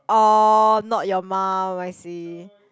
orh not your mum I see